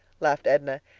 laughed edna,